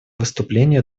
выступления